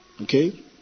Okay